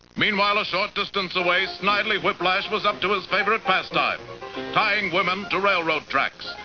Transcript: meanwhile a short distance away, snidely whiplash was up to his favorite pastime tying women to railroad tracks.